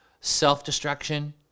Self-destruction